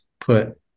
put